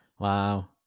Wow